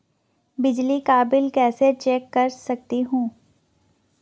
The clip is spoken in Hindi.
बिजली का बिल कैसे चेक कर सकता हूँ?